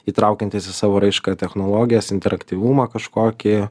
įtraukiantis į savo raišką technologijas interaktyvumą kažkokį